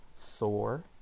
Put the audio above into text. Thor